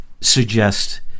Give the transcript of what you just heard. suggest